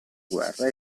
guerra